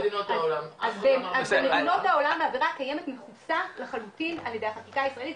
אז במדינות העולם העבירה קיימת מכוסה לחלוטין על ידי החקיקה הישראלית,